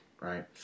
right